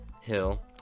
Hill